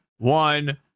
one